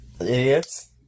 idiots